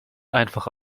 einfach